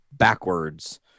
backwards